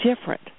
different